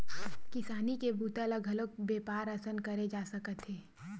किसानी के बूता ल घलोक बेपार असन करे जा सकत हे